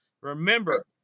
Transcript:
Remember